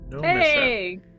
Hey